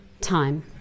time